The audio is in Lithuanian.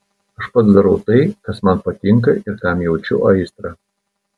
aš pats darau tai kas man patinka ir kam jaučiu aistrą